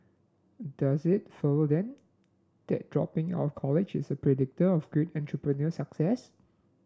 does it follow then that dropping out of college is a predictor of great entrepreneurial success